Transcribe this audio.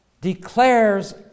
declares